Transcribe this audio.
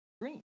green